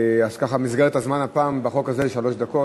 אז מסגרת הזמן בחוק הזה היא שלוש דקות.